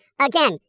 again